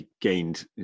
gained